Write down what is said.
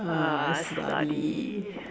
ah study